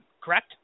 correct